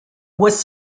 was